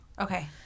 Okay